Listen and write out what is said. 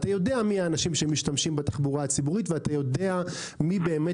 אתה יודע מי האנשים שמשתמשים בתחבורה הציבורית ומי באמת